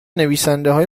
نویسندههای